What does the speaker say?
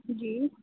जी